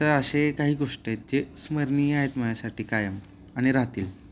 तर असे काही गोष्ट आहेत जे स्मरणीय आहेत माझ्यासाठी कायम आणि राहतील